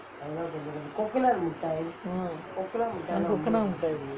mm coconut மிட்டாய் இருந்தது:mittai irunthathu